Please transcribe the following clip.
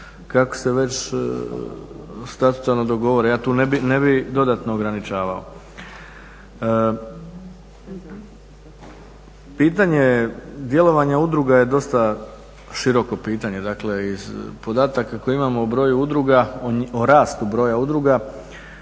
kako se već statutarno dogovore. Ja tu ne bih dodatno ograničavao. Pitanje djelovanja udruga je dosta široko pitanje. Dakle, iz podataka koje imamo o broju udruga, o rastu broja udruga